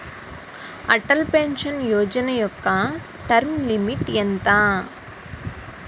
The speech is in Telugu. అటల్ పెన్షన్ యోజన యెక్క టర్మ్ లిమిట్ ఎంత?